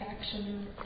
action